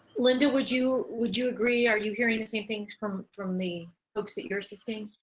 linda, would you would you agree, are you hearing the same thing from from the folks that you're assisting?